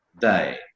day